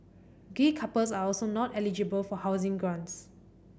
gay couples are also not eligible for housing grants